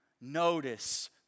notice